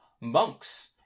monks